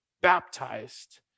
baptized